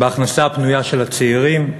בהכנסה הפנויה של הצעירים,